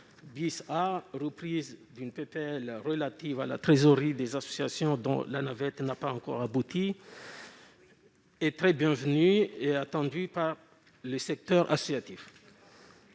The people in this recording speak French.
de loi visant à améliorer la trésorerie des associations dont la navette n'a pas encore abouti, est très bienvenue et attendue par le secteur associatif.